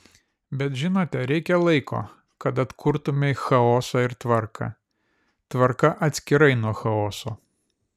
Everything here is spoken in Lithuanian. bet žinote reikia laiko kad atkurtumei chaosą ir tvarką tvarka atskirai nuo chaoso